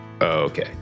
okay